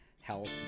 health